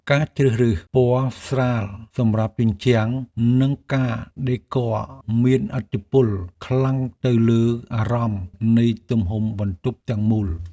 ការជ្រើសរើសពណ៌ស្រាលសម្រាប់ជញ្ជាំងនិងការដេគ័រមានឥទ្ធិពលខ្លាំងទៅលើអារម្មណ៍នៃទំហំបន្ទប់ទាំងមូល។